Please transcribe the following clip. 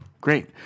great